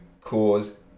cause